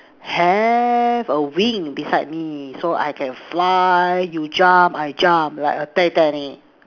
have a wing beside me so I can fly you jump I jump like a Titanic